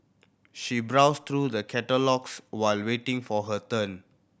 she browsed through the catalogues while waiting for her turn